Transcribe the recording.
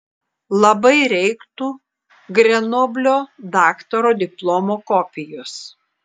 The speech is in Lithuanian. labai reiktų grenoblio daktaro diplomo kopijos